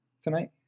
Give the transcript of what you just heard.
Tonight